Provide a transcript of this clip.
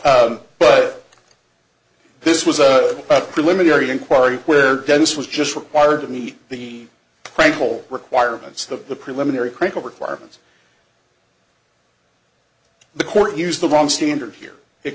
but this was a preliminary inquiry where dennis was just required to meet the press will requirements the preliminary critical requirements the court used the wrong standard here it